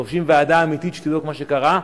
דורשים ועדה אמיתית שתבדוק מה שקרה.